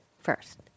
first